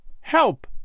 help